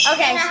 Okay